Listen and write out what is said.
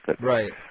Right